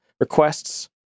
requests